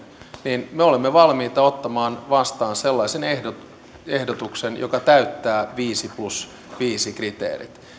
niin me olemme valmiita ottamaan vastaan sellaisen ehdotuksen joka täyttää viisi plus viisi kriteerit